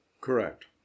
Correct